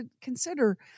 consider